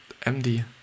MD